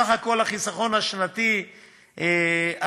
סך הכול החיסכון השנתי הצפוי,